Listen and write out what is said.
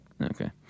okay